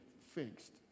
fixed